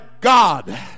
God